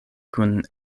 kun